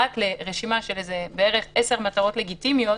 כל אחד יעשה את הסדר בבית שלו.